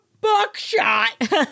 Buckshot